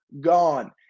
gone